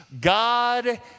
God